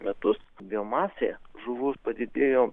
metus biomasė žuvų padidėjo